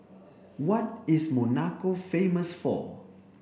what is Monaco famous for